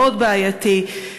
מאוד בעייתי.